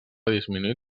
disminuït